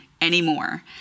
anymore